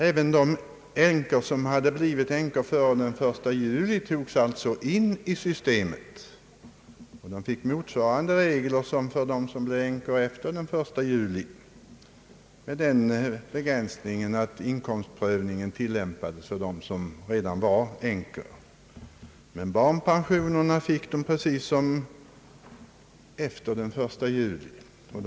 Även de kvinnor som hade blivit änkor före den 1 juli 1960 togs alltså in i systemet. För dem blev reglerna mot svarande dem som gällde för kvinnor som blev änkor efter den 1 juli, men med den begränsningen att inkomstprövning tillämpades för dem som vid den tidpunkten redan var änkor. Men de som var änkor den 1 juli 1960 fick barnpensionen precis som de som blev änkor därefter.